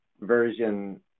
version